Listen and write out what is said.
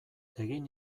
egin